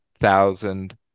thousand